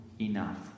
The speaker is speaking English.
enough